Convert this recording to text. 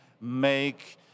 make